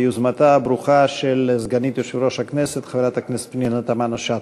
ביוזמתה הברוכה של סגנית יושב-ראש הכנסת חברת הכנסת פנינה תמנו-שטה.